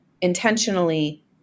intentionally